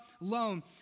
alone